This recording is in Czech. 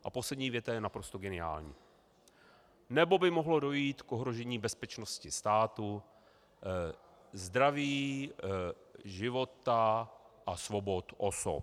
A poslední věta je naprosto geniální nebo by mohlo dojít k ohrožení bezpečnosti státu, zdraví, života a svobod osob.